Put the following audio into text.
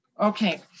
Okay